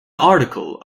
article